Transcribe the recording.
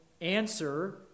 answer